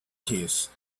case